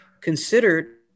considered